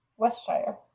westshire